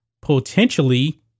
potentially